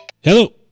Hello